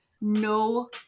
no